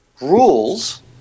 rules